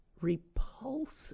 repulsive